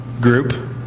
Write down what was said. group